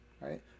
right